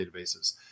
databases